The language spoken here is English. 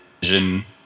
vision